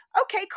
Okay